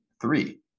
three